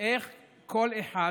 איך כל אחד